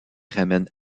ramène